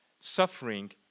suffering